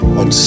on